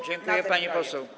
Dziękuję, pani poseł.